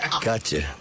Gotcha